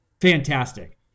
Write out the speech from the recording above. fantastic